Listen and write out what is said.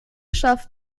schafft